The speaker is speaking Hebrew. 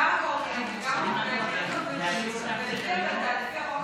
גם קורקינט וגם אופניים, כרכב מנועי.